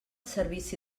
servici